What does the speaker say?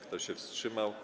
Kto się wstrzymał?